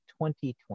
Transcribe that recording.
2020